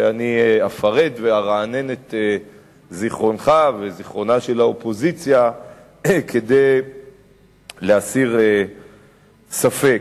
ואני אפרט וארענן את זיכרונך וזיכרונה של האופוזיציה כדי להסיר ספק.